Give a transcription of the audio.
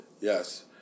Yes